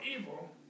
evil